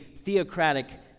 theocratic